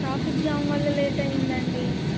traffic jam వల్ల late అయిందండి